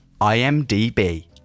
IMDb